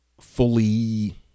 fully